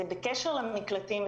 זה בקשר למקלטים.